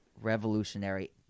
revolutionary